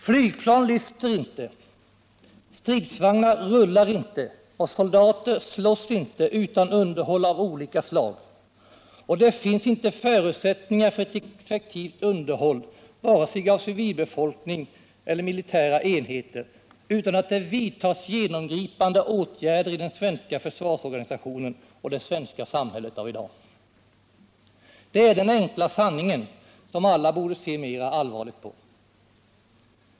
Flygplan lyfter inte, stridsvagnar rullar inte och soldater slåss inte utan underhåll av olika slag, men det finns inte förutsättningar för ett effektivt underhåll, vare sig av civilbefolkning eller av militära enheter utan att det vidtas genomgripande åtgärder i den svenska försvarsorganisationen och det svenska samhället av i dag. Detta är den enkla sanningen, som alla borde se mera allvarligt på.